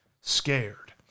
scared